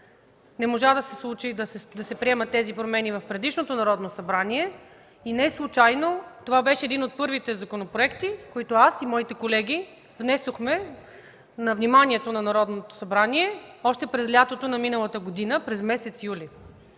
Не можа да се случи и да се приемат тези промени в предишното Народно събрание и неслучайно това беше един от първите законопроекти, които аз и моите колеги внесохме на вниманието на Народното събрание още през лятото на миналата година през месец юли.